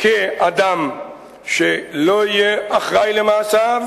כאדם שלא יהיה אחראי למעשיו,